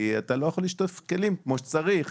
כי אי אפשר לשטוף כלים כמו שצריך